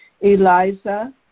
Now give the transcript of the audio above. Eliza